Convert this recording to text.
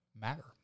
matter